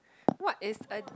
what is a